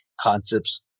concepts